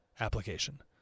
application